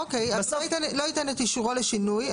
אוקיי, אז לא ייתן את אישורו לשינוי.